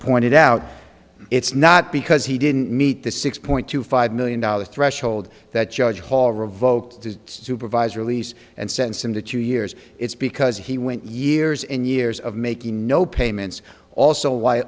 pointed out it's not because he didn't meet the six point two five million dollars threshold that judge hall revoked his supervisor lease and sense in the two years it's because he went years and years of making no payments also why